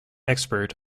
expert